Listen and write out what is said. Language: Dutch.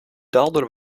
daalder